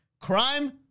Crime